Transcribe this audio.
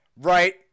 right